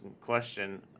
question